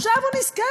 עכשיו הוא נזכר,